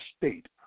state